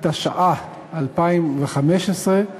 התשע"ה 2015,